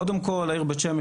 קודם כל העיר בית שמש,